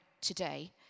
today